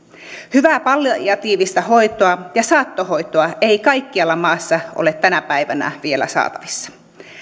hyvää palliatiivista hoitoa ja saattohoitoa ei kaikkialla maassa ole tänä päivänä vielä saatavissa